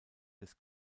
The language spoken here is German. des